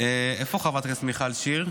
איפה חברת הכנסת מיכל שיר?